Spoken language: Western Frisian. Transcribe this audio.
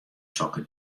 sokke